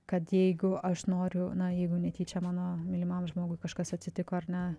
kad jeigu aš noriu na jeigu netyčia mano mylimam žmogui kažkas atsitiko ar ne